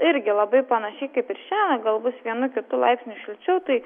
irgi labai panašiai kaip ir šiąnakt gal bus vienu kitu laipsniu šilčiau tai